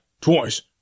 Twice